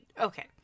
okay